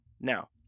now